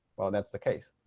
well, that's the case.